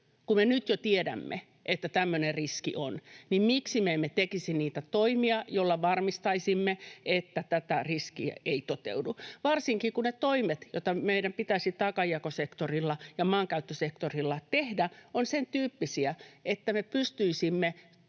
Kun me nyt jo tiedämme, että tämmöinen riski on, niin miksi me emme tekisi niitä toimia, joilla varmistaisimme, että tämä riski ei toteudu, varsinkin kun ne toimet, joita meidän pitäisi taakanjakosektorilla ja maankäyttösektorilla tehdä, ovat sen tyyppisiä, että me pystyisimme